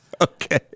Okay